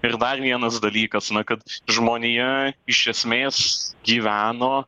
ir dar vienas dalykas kad žmonija iš esmės gyveno